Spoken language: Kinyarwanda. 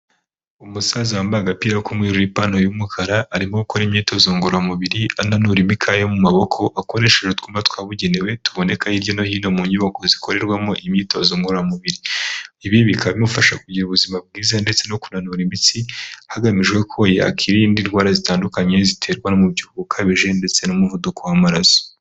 Umusaza wambaye agapira k'umweru n'ipantaro y'umukara, arimo gukora imyitozo ngororamubiri ,ananura imikaya mu maboko akoresheje utwuma twabugenewe tuboneka hirya no hino mu nyubako zikorerwamo imyitozo ngororamubiri. Ibi bika bimufasha kugira ubuzima bwiza ndetse no kunanura imitsi, hagamijwe ko ya kwirinda indwara zitandukanye ziterwa n'umubyibuho ukabije ndetse n'umuvuduko w'amaraso.